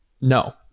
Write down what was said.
no